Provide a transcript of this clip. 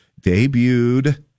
debuted